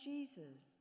Jesus